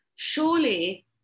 surely